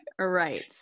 Right